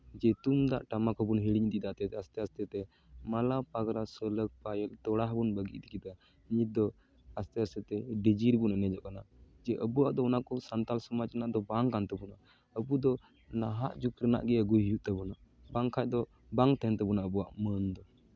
ᱡᱮ ᱛᱩᱢᱫᱟᱜ ᱴᱟᱢᱟᱠ ᱦᱚᱸᱵᱚᱱ ᱦᱤᱲᱤᱧ ᱤᱫᱤᱭᱮᱫᱟ ᱟᱥᱛᱮ ᱟᱥᱛᱮ ᱛᱮ ᱢᱟᱞᱟ ᱯᱟᱜᱽᱨᱟ ᱥᱩᱞᱩᱠ ᱯᱟᱭᱮᱞ ᱛᱚᱲᱟ ᱦᱚᱸᱵᱚᱱ ᱵᱟᱹᱜᱤ ᱤᱫᱤ ᱠᱮᱫᱟ ᱱᱤᱛ ᱫᱚ ᱟᱥᱛᱮ ᱟᱥᱛᱮ ᱛᱮ ᱰᱤᱡᱮ ᱨᱮᱵᱚᱱ ᱮᱱᱮᱡᱚᱜ ᱠᱟᱱᱟ ᱡᱮ ᱟᱵᱚᱣᱟᱜ ᱫᱚ ᱚᱱᱟ ᱠᱚ ᱥᱟᱱᱛᱟᱲ ᱥᱚᱢᱟᱡᱽ ᱨᱮᱱᱟᱜ ᱫᱚ ᱵᱟᱝ ᱠᱟᱱ ᱛᱟᱵᱚᱱᱟ ᱟᱹᱵᱩ ᱫᱚ ᱱᱟᱦᱟᱜ ᱡᱩᱜᱽ ᱨᱮᱭᱟᱜ ᱜᱮ ᱟᱹᱜᱩᱭ ᱦᱩᱭᱩᱜ ᱛᱟᱵᱚᱱᱟ ᱵᱟᱝᱠᱷᱟᱡ ᱫᱚ ᱵᱟᱝ ᱛᱟᱦᱮᱱ ᱛᱟᱵᱚᱱᱟ ᱢᱟᱹᱱ ᱫᱚ